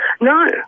No